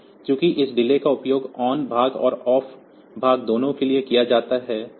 लिए चूंकि इस डिले का उपयोग ON भाग और OFF भाग दोनों के लिए किया जाता है